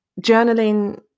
journaling